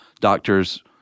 Doctors